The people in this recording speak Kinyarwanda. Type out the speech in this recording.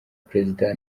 perezida